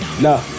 No